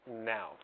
now